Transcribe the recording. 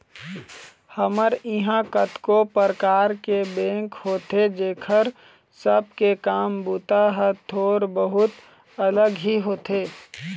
हमर इहाँ कतको परकार के बेंक होथे जेखर सब के काम बूता ह थोर बहुत अलग ही होथे